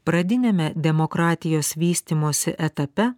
pradiniame demokratijos vystymosi etape